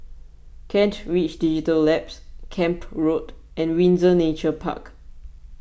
Kent Ridge Digital Labs Camp Road and Windsor Nature Park